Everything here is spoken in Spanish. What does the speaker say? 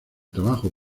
trabajo